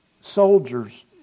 soldiers